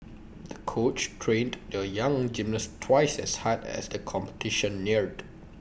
the coach trained the young gymnast twice as hard as the competition neared